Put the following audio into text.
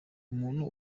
umuntu